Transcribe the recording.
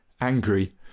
angry